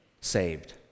saved